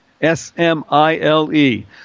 S-M-I-L-E